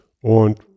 Und